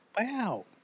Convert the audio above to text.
Wow